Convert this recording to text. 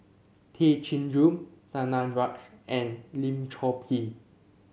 Tay Chin Joo Danaraj and Lim Chor Pee